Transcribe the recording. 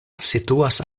situas